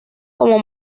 como